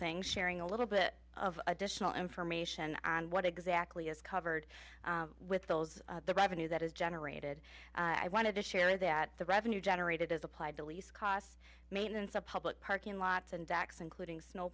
things sharing a little bit of additional information on what exactly is covered with those the revenue that is generated i wanted to share that the revenue generated as applied to lease costs maintenance of public parking lots and decks including snow